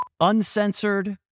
Uncensored